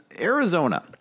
Arizona